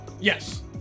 Yes